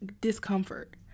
discomfort